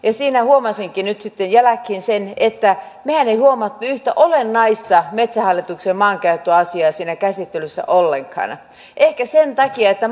siinä huomasinkin nyt sitten jälkeenpäin sen että mehän emme huomanneet yhtä olennaista metsähallituksen maankäyttöasiaa siinä käsittelyssä ollenkaan ehkä sen takia että